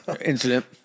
incident